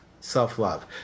self-love